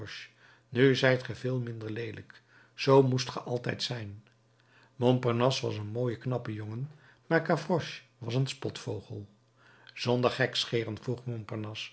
nu zijt ge veel minder leelijk zoo moest ge altijd zijn montparnasse was een mooie knappe jongen maar gavroche was een spotvogel zonder gekscheren vroeg